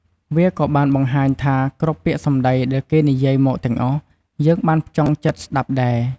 វាក៏បានបង្ហាញថាគ្រប់ពាក្យសម្ដីដែលគេនិយាយមកទាំងអស់ យើងបានផ្ចង់ចិត្តស្ដាប់ដែរ។